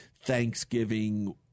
Thanksgiving